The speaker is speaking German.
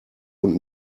und